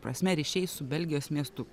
prasme ryšiai su belgijos miestu